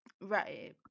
Right